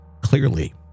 clearly